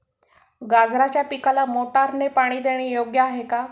गाजराच्या पिकाला मोटारने पाणी देणे योग्य आहे का?